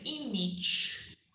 image